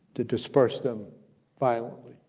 to disperse them violently.